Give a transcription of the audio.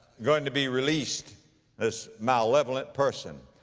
going to be released this malevolent person.